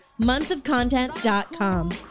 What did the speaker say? monthsofcontent.com